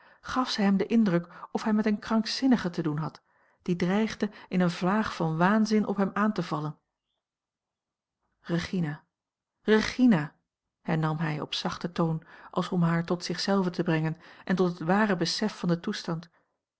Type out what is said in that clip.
gaf zij hem den indruk of hij met een krankzinnige te doen had die dreigde in een vlaag van waanzin op hem aan te vallen regina regina hernam hij op zachten toon als om haar tot zich zelve te brengen en tot het ware besef van den toestand